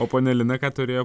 o ponia lina ką turėjo